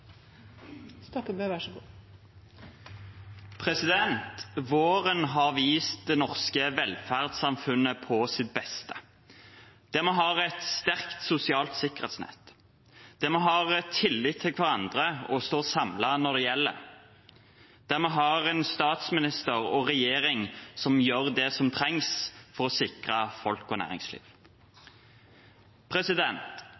Våren har vist oss det norske velferdssamfunnet på sitt beste, der vi har et sterkt sosialt sikkerhetsnett, der vi har tillit til hverandre og står samlet når det gjelder, og der vi har en statsminister og en regjering som gjør det som trengs for å sikre folk og